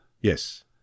Yes